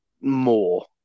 more